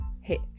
hit